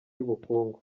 y’ubukungu